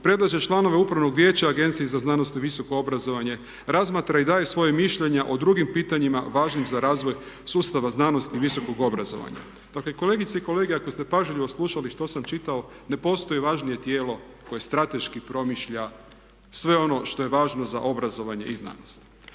predlaže članove Upravnog vijeća Agencije za znanost i visoko obrazovanje. Razmatra i daje svoje mišljenje o drugim pitanjima važnim za razvoj sustava znanosti i visokog obrazovanja. Dakle, kolegice i kolege ako ste pažljivo slušali što sam čitao ne postoji važnije tijelo koje strateški promišlja sve ono što je važno za obrazovanje i znanost.